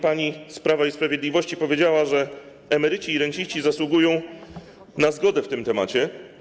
Pani z Prawa i Sprawiedliwości powiedziała, że emeryci i renciści zasługują na zgodę w tym temacie.